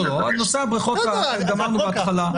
נושא הבריכות גמרנו בהתחלה.